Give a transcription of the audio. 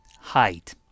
Height